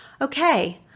okay